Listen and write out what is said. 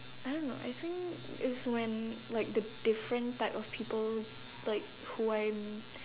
I don't know I think it's when like the different type of people like who I m~